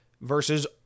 versus